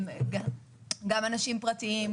גם אנשים פרטיים,